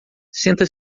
senta